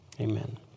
Amen